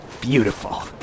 Beautiful